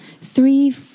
three